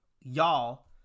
y'all